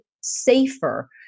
safer